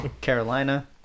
Carolina